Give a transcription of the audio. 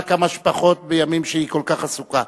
כמה שפחות בימים שהיא כל כך עסוקה.